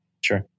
Sure